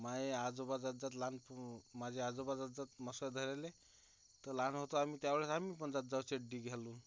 माझे आजोबा जातात लहानपु माझे आजोबा जातात मासा धराले तर लहान होतो आम्ही त्या वेळेस आम्ही पण जात जाऊ चड्डी घालून